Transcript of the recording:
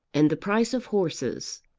and the price of horses?